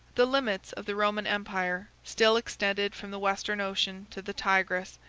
the limits of the roman empire still extended from the western ocean to the tigris,